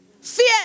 Fear